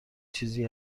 چیزی